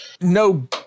no